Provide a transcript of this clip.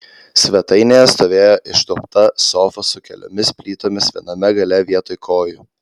svetainėje stovėjo išduobta sofa su keliomis plytomis viename gale vietoj kojų